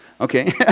Okay